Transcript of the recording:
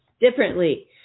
differently